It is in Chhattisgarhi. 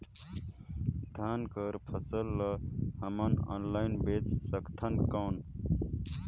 धान कर फसल ल हमन ऑनलाइन बेच सकथन कौन?